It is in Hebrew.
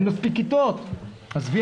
אין מספיק כיתות,